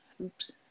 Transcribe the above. oops